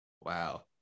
Wow